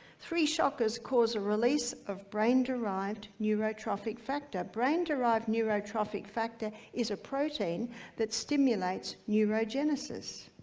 three shockers cause a release of brain-derived neurotrophic factor. brain-derived neurotrophic factor is a protein that stimulates neurogenesis.